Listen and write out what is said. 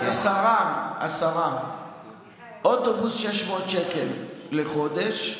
אז השרה, אוטובוס, 600 שקל לחודש.